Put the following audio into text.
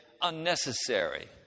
unnecessary